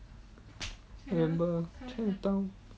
I remember chinatown